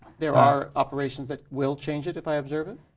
there are operations that will change it if i observe it?